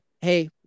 Hey